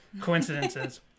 coincidences